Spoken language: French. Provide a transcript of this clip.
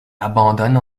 abandonne